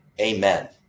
amen